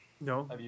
No